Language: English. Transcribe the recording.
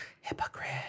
Hypocrite